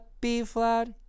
B-flat